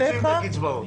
רוצים את הקצבאות.